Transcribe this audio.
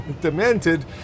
demented